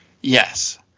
Yes